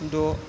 द'